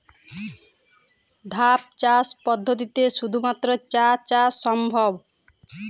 ধাপ চাষ পদ্ধতিতে শুধুমাত্র চা চাষ সম্ভব?